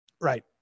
Right